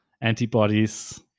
antibodies